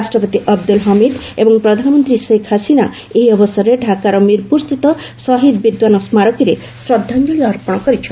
ରାଷ୍ଟପତି ଅବଦୁଲ ହମିଦ ଏବଂ ପ୍ରଧାନମନ୍ତ୍ରୀ ଶେଖ ହସିନା ଏହିଅବସରରେ ଡ଼ାକାର ମିରପୁରସ୍ଥିତ ଶହୀଦ ବିଦ୍ୱାନ ସ୍ମାରକୀରେ ଶ୍ୱଦ୍ଧାଞ୍ଜଳି ଅର୍ପଣ କରିଛନ୍ତି